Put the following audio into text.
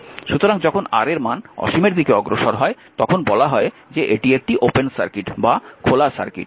সুতরাং যখন R এর মান অসীমের দিকে অগ্রসর হয় তখন বলা হয় যে এটি একটি খোলা সার্কিট